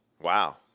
Wow